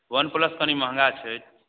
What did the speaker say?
वन plus कनि महगा छै